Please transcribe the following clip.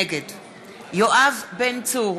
נגד יואב בן צור,